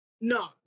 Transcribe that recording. No